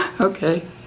Okay